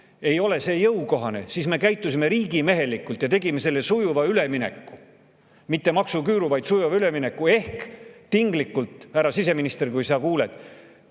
ei ole see jõukohane, siis me käitusime riigimehelikult ja tegime sujuva ülemineku, mitte maksuküüru, vaid sujuva ülemineku – härra siseminister, kui sa kuuled